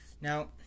Now